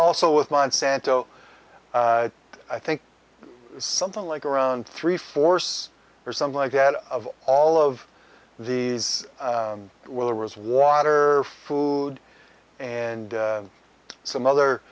also with monsanto i think something like around three fourths or something like that of all of these where there was water food and some other